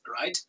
right